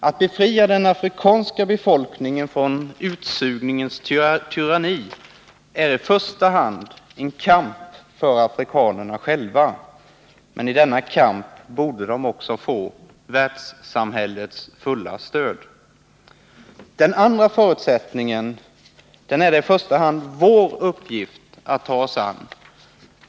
Att befria den afrikanska befolkningen från utsugningens tyranni är i första hand en kamp för afrikanerna själva. Men i 15 denna kamp borde de få världssamhällets fulla stöd. Den andra förutsättningen är det i första hand vår uppgift att ta oss an.